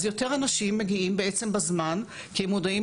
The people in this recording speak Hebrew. אז יותר אנשים מגיעים בעצם בזמן כי הם מודעים